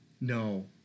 no